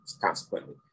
Consequently